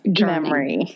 memory